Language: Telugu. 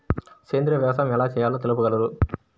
సేంద్రీయ వ్యవసాయం ఎలా చేయాలో తెలుపగలరు?